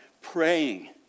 praying